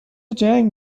جنگ